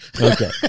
Okay